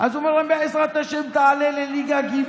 אז הוא אמר להם: בעזרת השם תעלה לליגה ג'